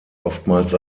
oftmals